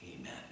Amen